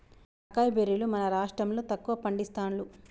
acai బెర్రీలు మన రాష్టం లో తక్కువ పండిస్తాండ్లు